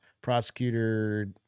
Prosecutor